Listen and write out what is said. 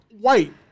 white